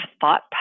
thought